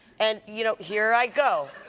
and you know here i go.